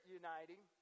uniting